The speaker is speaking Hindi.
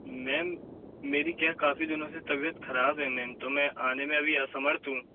मैम मेरी क्या है काफ़ी दिनों से तबियत ख़राब है मैम तो मैं आने में अभी असमर्थ हूँ